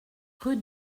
rue